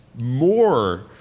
more